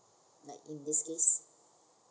like in this case